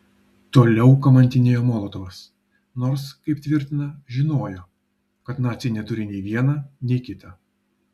toliau kamantinėjo molotovas nors kaip tvirtina žinojo kad naciai neturi nei viena nei kita